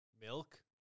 milk